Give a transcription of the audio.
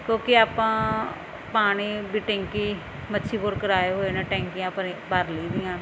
ਕਿਉਂਕਿ ਆਪਾਂ ਪਾਣੀ ਦੀ ਟੈਂਕੀ ਮੱਛੀ ਬੋਰ ਕਰਵਾਏ ਹੋਏ ਨੇ ਟੈਂਕੀਆਂ ਭਰੀ ਭਰ ਲਈ ਦੀਆਂ